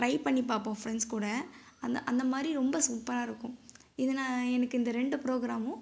try பண்ணி பார்ப்போம் friends கூட அந்த அந்த மாதிரி ரொம்ப சூப்பராக இருக்கும் இதுனா எனக்கு இந்த ரெண்டு ப்ரோக்ராமு